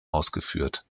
ausgeführt